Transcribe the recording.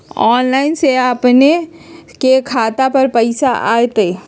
Online से अपने के खाता पर पैसा आ तई?